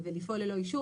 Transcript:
לפעול ללא אישור,